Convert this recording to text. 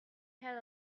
had